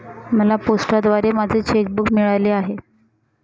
मला पोस्टाद्वारे माझे चेक बूक मिळाले आहे